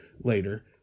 later